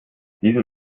diesen